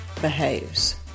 behaves